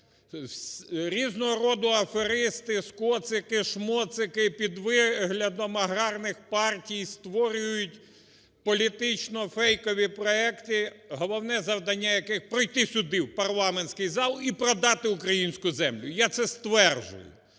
Різного роду аферисти, "скоцики-шмоцики" під виглядом аграрних партій створюють політично фейкові проекти, головне завдання яких – пройти сюди, в парламентський зал, і продати українську землю. Я це стверджую.